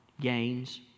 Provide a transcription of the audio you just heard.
gains